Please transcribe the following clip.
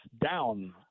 down